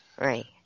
Right